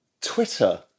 Twitter